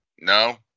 No